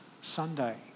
Sunday